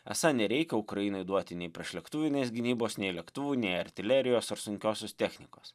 esą nereikia ukrainai duoti nei priešlėktuvinės gynybos nei lėktuvų nei artilerijos ar sunkiosios technikos